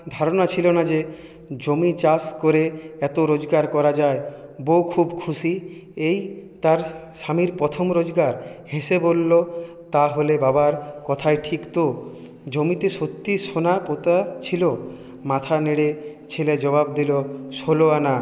ধারণা ছিলো না যে জমি চাষ করে এতো রোজগার করা যায় বউ খুব খুশি এই তার স্বামীর প্রথম রোজগার হেসে বললো তাহলে বাবার কথাই ঠিক তো জমিতে সত্যি সোনা পোঁতা ছিলো মাথা নেড়ে ছেলে জবাব দিলো ষোলো আনা